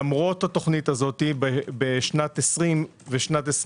למרות התוכנית הזו בשנים 20' ו-21'